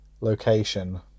location